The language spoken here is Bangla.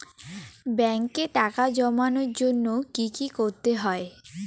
ব্যাংকে টাকা জমানোর জন্য কি কি করতে হয়?